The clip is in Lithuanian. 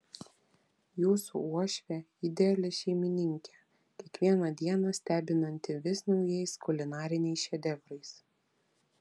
jūsų uošvė ideali šeimininkė kiekvieną dieną stebinanti vis naujais kulinariniais šedevrais